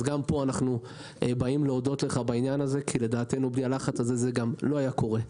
אז גם פה אנחנו רוצים להודות לך כי לדעתנו בלי הלחץ הזה זה לא היה קורה.